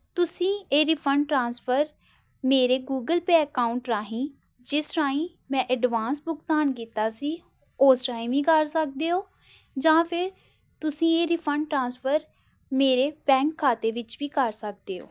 ਤੁਸੀਂ ਇਹ refund transfer ਮੇਰੇ ਗੂਗਲ ਪੇ ਅਕਾਊਂਟ ਰਾਹੀਂ ਜਿਸ ਰਾਹੀਂ ਮੈਂ ਐਡਵਾਂਸ ਭੁਗਤਾਨ ਕੀਤਾ ਸੀ ਉਸ ਰਾਂਹੀ ਵੀ ਕਰ ਸਕਦੇ ਹੋ ਜਾਂ ਫਿਰ ਤੁਸੀਂ ਇਹ ਰਿਫੰਡ ਟ੍ਰਾਂਸਫਰ ਮੇਰੇ ਬੈਂਕ ਖਾਤੇ ਵਿੱਚ ਵੀ ਕਰ ਸਕਦੇ ਹੋ